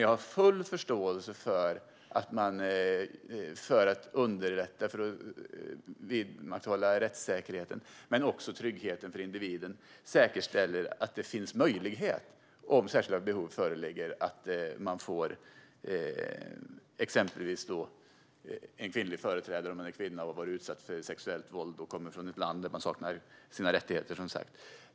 Jag har dock full förståelse för att man för att underlätta och för att vidmakthålla rättssäkerheten och tryggheten för individen säkerställer att det, om särskilda behov föreligger, finns möjlighet för den berörda personen att exempelvis få en kvinnlig företrädare om personen är kvinna och om hon har utsatts för sexuellt våld och kommer från ett land där kvinnor saknar rättigheter.